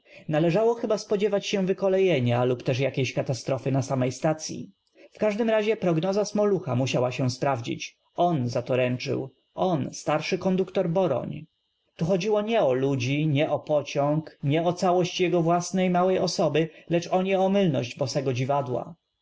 żało chyba spodziew ać się w ykolejenia lub też jakiejś katastro fy na samej stacyi w każdym razie prognoza sm olucha mu siała się spraw dzić o n za to ręczył on starszy kon d u k to r boroń tu chodziło nie o ludzi nie o pociąg ani o całość jego w łasnej małej osoby lecz o nie om ylność bosego dziw adła